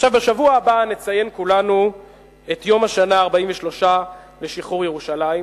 בשבוע הבא נציין כולנו את יום השנה ה-43 לשחרור ירושלים,